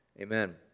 Amen